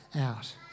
out